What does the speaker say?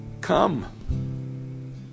come